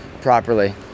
properly